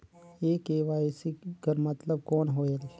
ये के.वाई.सी कर मतलब कौन होएल?